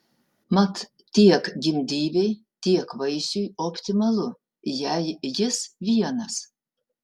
mat tiek gimdyvei tiek vaisiui optimalu jei jis vienas